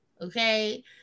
Okay